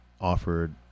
offered